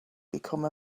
become